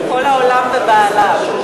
כל העולם ובעלה.